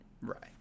Right